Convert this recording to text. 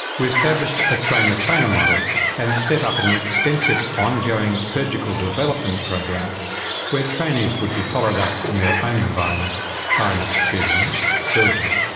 we established a train the trainer model and set up an extensive ongoing surgical development program where trainees would be followed up in their own environment by an experienced surgeon.